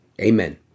amen